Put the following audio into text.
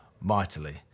mightily